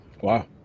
wow